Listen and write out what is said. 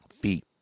Feet